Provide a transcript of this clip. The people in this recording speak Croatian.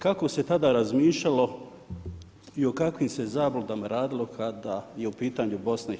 Kako se tad razmišljalo i kakvim se zabludama radilo kada je u pitanju BIH.